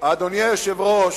אדוני היושב-ראש,